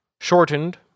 shortened